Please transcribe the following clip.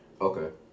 Okay